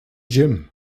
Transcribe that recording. gym